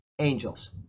angels